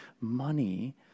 money